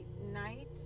night